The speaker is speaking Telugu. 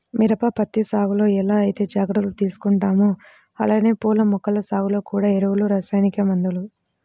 మిరప, పత్తి సాగులో ఎలా ఐతే జాగర్తలు తీసుకుంటామో అలానే పూల మొక్కల సాగులో గూడా ఎరువులు, రసాయనిక మందులు